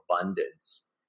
abundance